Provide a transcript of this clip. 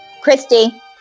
Christy